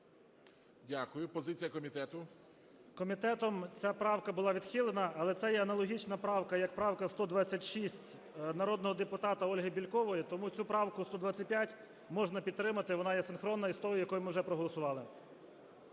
Дякую. Позиція комітету. 18:09:17 ГЕРУС А.М. Комітетом ця правка була відхилена. Але це є аналогічна правка, як правка 126 народного депутата Ольги Бєлькової. Тому цю правку 125 можна підтримати, вона є синхронна з тією, яку ми вже проголосували.